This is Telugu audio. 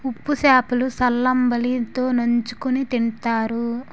ఉప్పు సేప లు సల్లంబలి తో నంచుకుని తింతారు